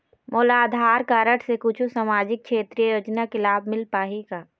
मोला आधार कारड से कुछू सामाजिक क्षेत्रीय योजना के लाभ मिल पाही का?